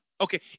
Okay